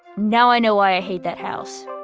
now i know why i hate that house.